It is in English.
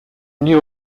new